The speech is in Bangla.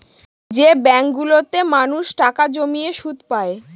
যে ব্যাঙ্কগুলোতে মানুষ টাকা জমিয়ে সুদ পায়